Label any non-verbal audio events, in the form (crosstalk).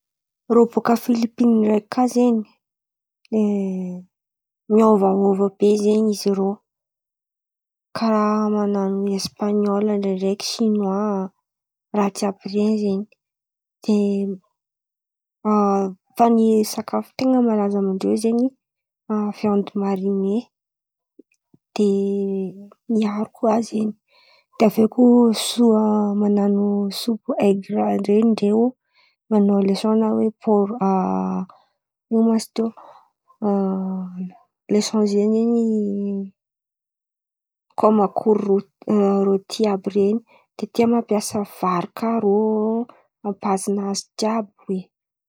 Rô bòka Filipiny ndreky kà zen̈y (hesitation) miôvaôva be zen̈y izy rô karà manano espan̈ôly ndraindraiky sinoa raha jiàby ze zen̈y. De (hesitation) fa ny sakafo ten̈a malaza amindrô zen̈y (hesitation) viandy marine de miaro koa zen̈y. De aviô koa soa manano sopy aigre ren̈y reo manao lesòn na oe pôr (hesitation) ino ma izy tiô? (hesitation) Lesòn ze zen̈y kômankory rôty (hesitation) rôty àby ren̈y. De tia mampiasa vary kà rô a bazinazy jiàby oe.